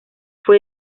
fue